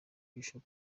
bishop